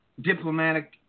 Diplomatic